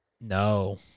No